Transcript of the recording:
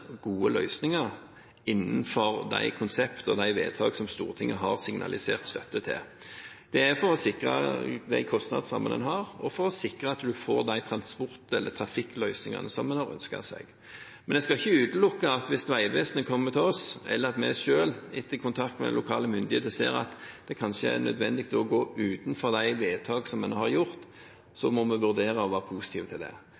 gode løsninger innenfor de konsepter og de vedtak som Stortinget har signalisert støtte til. Det er for å sikre de kostnadsrammene en har, og for å sikre at en får de transport- eller trafikkløsningene som en har ønsket seg. Men jeg skal ikke utelukke at hvis Vegvesenet kommer til oss, eller vi selv etter kontakt med lokale myndigheter ser at det kanskje er nødvendig å gå utenfor de vedtak som en har gjort, så må vi vurdere, og være positive til det.